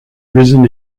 risen